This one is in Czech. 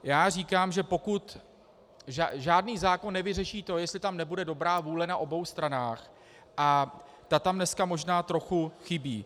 Já říkám, že žádný zákon nevyřeší to, jestli tam nebude dobrá vůle na obou stranách, a ta tam dneska možná trochu chybí.